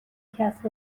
کسب